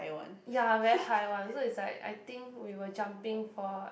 ya very high one so it's like I think we were jumping for